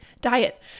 diet